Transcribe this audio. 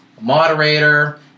moderator